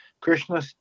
Krishna